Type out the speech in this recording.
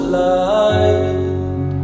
light